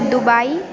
Dubai